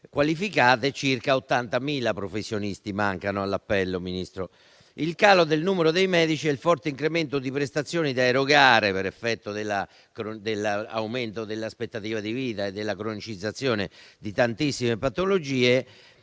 qualificate, circa 80.000 professionisti mancano all'appello. Il calo del numero dei medici e il forte incremento di prestazioni da erogare, per effetto dell'aumento dell'aspettativa di vita e della cronicizzazione di tantissime patologie,